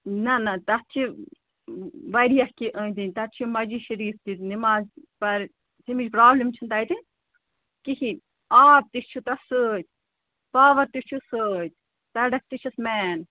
نہ نہ تَتھ چھِ واریاہ کینٛہہ أنٛدۍ أنٛدۍ تَتھ چھِ مَسجِد شریٖف تہِ نِماز پَرٕ تَمِچ پرٛابلِم چھِنہٕ تَتہِ کِہیٖنۍ آب تہِ چھُ تَتھ سۭتۍ پاوَر تہِ چھُس سۭتۍ سَڑَک تہِ چھَس مین